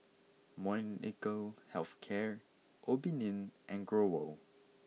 Molnylcke health care Obimin and Growell